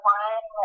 one